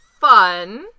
fun